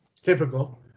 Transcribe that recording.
Typical